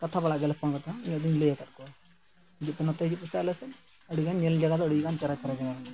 ᱠᱟᱛᱷᱟ ᱵᱟᱲᱟᱜ ᱜᱮᱭᱟᱞᱮ ᱯᱷᱳᱱ ᱠᱟᱛᱮᱫ ᱦᱚᱸ ᱱᱤᱭᱟᱹ ᱫᱩᱧ ᱞᱟᱹᱭ ᱟᱠᱟᱫ ᱠᱚᱣᱟ ᱦᱤᱡᱩᱜ ᱠᱟᱷᱱ ᱱᱚᱛᱮ ᱦᱤᱡᱩᱜ ᱯᱮᱥᱮ ᱟᱞᱮ ᱥᱮᱡ ᱟᱹᱰᱤ ᱜᱟᱱ ᱧᱮᱞ ᱡᱟᱭᱜᱟ ᱫᱚ ᱟᱹᱰᱤ ᱜᱟᱱ ᱪᱮᱦᱨᱟ ᱪᱮᱦᱨᱟ ᱡᱟᱭᱜᱟ ᱢᱮᱱᱟᱜᱼᱟ